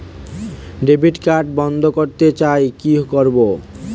Debit card বন্ধ করতে চাই কি করব?